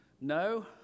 No